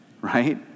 right